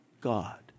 God